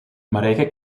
marijke